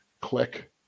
click